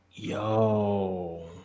Yo